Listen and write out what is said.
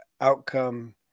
outcome